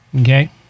Okay